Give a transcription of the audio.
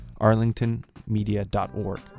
arlingtonmedia.org